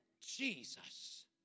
Jesus